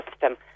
system